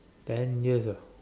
ten years ago